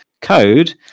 code